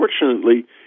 unfortunately